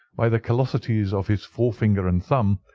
by the callosities of his forefinger and thumb,